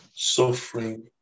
suffering